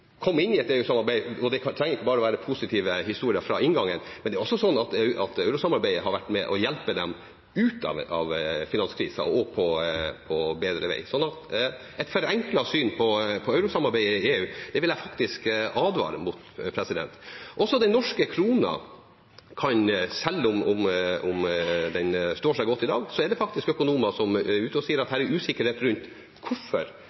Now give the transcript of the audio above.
kom inn i et eurosamarbeid – det trenger ikke bare være positive historier fra inngangen – og at eurosamarbeidet har vært med på å hjelpe dem ut av finanskrisen og på bedre vei. Så et forenklet syn på eurosamarbeidet i EU vil jeg faktisk advare mot. Også når det gjelder den norske krona, selv om den står seg godt i dag, er det økonomer som sier at det er usikkerhet rundt hvorfor